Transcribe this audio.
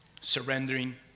surrendering